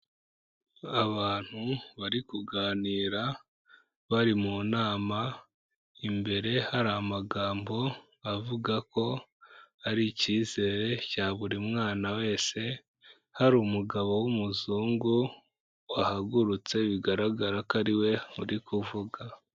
Abantu bari kuganira bari mu nama, imbere hari amagambo avuga ko ari icyizere cya buri mwana wese, hari umugabo w'umuzungu wahagurutse bigaragara ko ari we uri kuvuga.